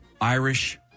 Irish